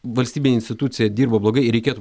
valstybinė institucija dirba blogai reikėtų